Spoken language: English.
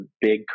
big